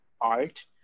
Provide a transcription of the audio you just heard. art